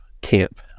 camp